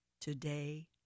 today